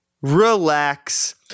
relax